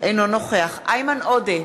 אינו נוכח איימן עודה,